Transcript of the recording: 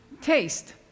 taste